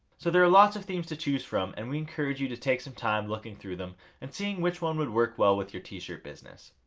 so there are lots of themes to choose from and we encourage you take some time looking through them and seeing which one would work well with your t-shirt business.